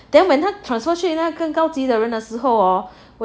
then when 他 transfer 去那更高级的人的时候哦